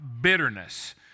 bitterness